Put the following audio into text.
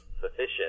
sufficient